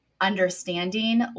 understanding